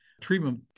treatment